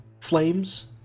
flames